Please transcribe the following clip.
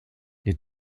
les